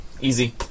easy